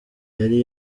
yari